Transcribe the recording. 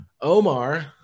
Omar